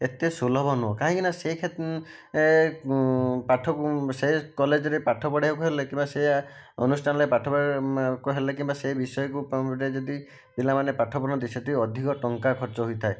ଏତେ ସୁଲଭ ନୁହେଁ କାହିଁକିନା ସେ ପାଠକୁ ସେ କଲେଜରେ ପାଠ ପଢ଼ାଇବାକୁ ହେଲେ କିମ୍ବା ସେହିଆ ଅନୁଷ୍ଠାନରେ ପାଠ ପଢ଼ାଇବାକୁ ହେଲେ କିମ୍ବା ସେ ବିଷୟକୁଗୋଟିଏ ଯଦି ପିଲାମାନେ ପାଠ ପଢ଼ନ୍ତି ସେଠି ଅଧିକ ଟଙ୍କା ଖର୍ଚ୍ଚ ହୋଇଥାଏ